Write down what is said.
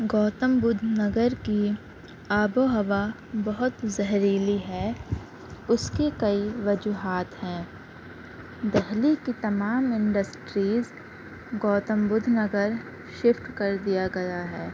گوتم بدھ نگر کی آب و ہوا بہت زہریلی ہے اس کے کئی وجوہات ہیں دہلی کی تمام انڈسٹریز گوتم بدھ نگر شفٹ کر دیا گیا ہے